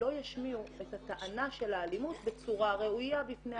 שלא ישמיעו את הטענה של אלימות בצורה ראויה בפני הוועדה.